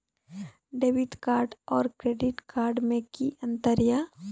Debit card और credit card मे कि अंतर या?